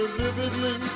vividly